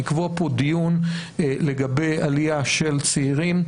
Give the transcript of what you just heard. לקבוע פה דיון לגבי עלייה של צעירים.